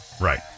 Right